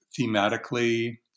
thematically